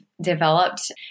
developed